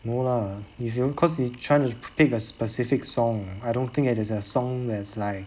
no lah if you won't cause they trying to pick a specific song I don't think there is a song that is like